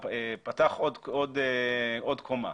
פתח עוד קומה,